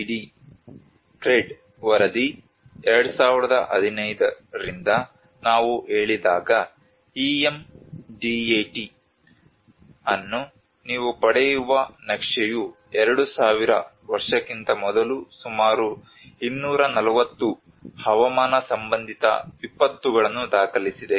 CRED ವರದಿ 2015 ರಿಂದ ನಾವು ಹೇಳಿದಾಗ EM DAT ಅನ್ನು ನೀವು ಪಡೆಯುವ ನಕ್ಷೆಯು 2000 ವರ್ಷಕ್ಕಿಂತ ಮೊದಲು ಸುಮಾರು 240 ಹವಾಮಾನ ಸಂಬಂಧಿತ ವಿಪತ್ತುಗಳನ್ನು ದಾಖಲಿಸಿದೆ